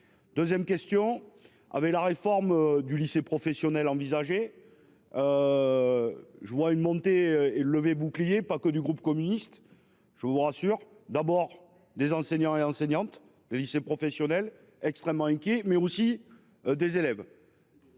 2ème question avec la réforme du lycée professionnel envisagé. Je vois une montée. Bouclier pas que du groupe communiste. Je vous rassure, d'abord des enseignants et enseignantes. Le lycée professionnel extrêmement inquiets mais aussi. Des élèves.